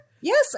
Yes